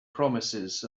promises